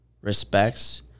respects